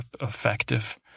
effective